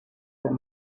that